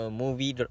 movie